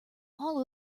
all